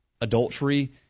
adultery